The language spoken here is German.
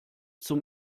zum